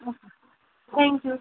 okay thank you